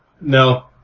No